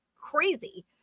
crazy